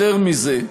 יותר מזה,